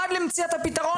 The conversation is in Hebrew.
עד למציאת הפתרון.